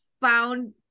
Found